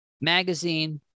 Magazine